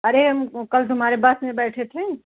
अरे हम कल तुम्हारी बस में बैठे थे